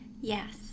Yes